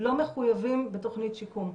לא מחויבים בתוכנית שיקום.